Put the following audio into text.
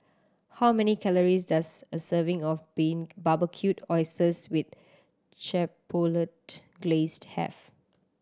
how many calories does a serving of Barbecued Oysters with Chipotle Glaze have